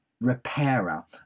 repairer